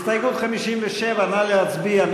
הסתייגות 57, נא להצביע.